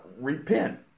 repent